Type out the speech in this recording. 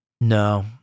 No